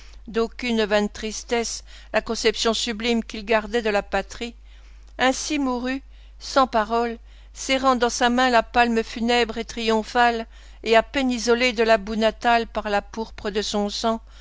d'aucune vaine tristesse la conception sublime qu'il gardait de la patrie ainsi mourut sans parole serrant dans sa main la palme funèbre et triomphale et à peine isolé de la boue natale par la pourpre de son sang